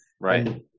right